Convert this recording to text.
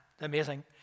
Amazing